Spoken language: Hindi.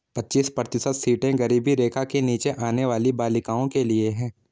पच्चीस प्रतिशत सीटें गरीबी रेखा के नीचे आने वाली बालिकाओं के लिए है